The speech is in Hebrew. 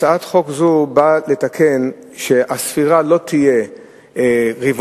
הצעת חוק זו באה לתקן כך שהספירה לא תהיה רבעונית,